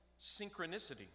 synchronicity